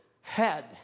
head